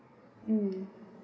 mm